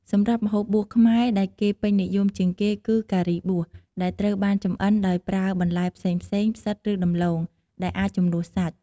សម្រាប់ម្ហូបបួសខ្មែរដែលគេពេញនិយមជាងគេគឺ "ការីបួស" ដែលត្រូវបានចម្អិនដោយប្រើបន្លែផ្សេងៗ ផ្សិត ឬដំឡូង ដែលអាចជំនួសសាច់។